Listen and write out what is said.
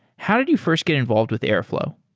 how did you first get involved with airflow?